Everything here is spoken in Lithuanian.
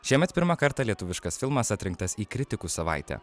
šiemet pirmą kartą lietuviškas filmas atrinktas į kritikų savaitę